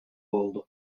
oldu